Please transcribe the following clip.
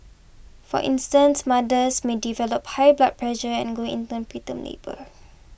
for instance mothers may develop high blood pressure and go into preterm labour